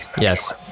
Yes